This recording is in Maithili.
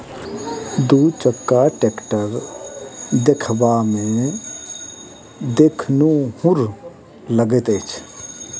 दू चक्का टेक्टर देखबामे देखनुहुर लगैत अछि